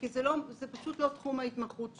כי זה לא תחום ההתמחות שלנו.